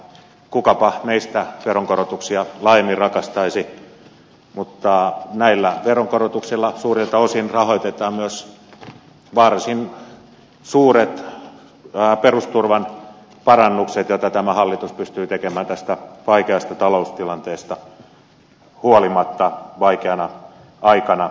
kukapa meistä veronkorotuksia laajemmin rakastaisi mutta näillä veronkorotuksilla suurilta osin rahoitetaan myös varsin suuret perusturvan parannukset joita tämä hallitus pystyy tekemään tästä vaikeasta taloustilanteesta huolimatta vaikeana aikana